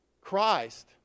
Christ